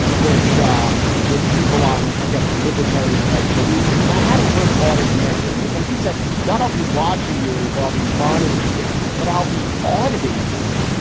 which are which people on, i guess, the libertarian right believed in. and i hadn't heard audit in that use. but when he said not, i'll be watching you or i'll be monitoring you, but i'll be auditing you.